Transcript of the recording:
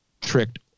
tricked